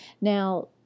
Now